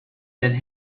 that